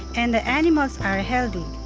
and the animals are healthy.